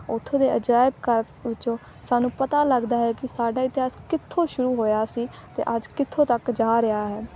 ਉੱਥੋਂ ਦੇ ਅਜਾਇਬ ਘਰ ਵਿੱਚੋਂ ਸਾਨੂੰ ਪਤਾ ਲੱਗਦਾ ਹੈ ਕਿ ਸਾਡਾ ਇਤਿਹਾਸ ਕਿੱਥੋਂ ਸ਼ੁਰੂ ਹੋਇਆ ਸੀ ਅਤੇ ਅੱਜ ਕਿੱਥੋਂ ਤੱਕ ਜਾ ਰਿਹਾ ਹੈ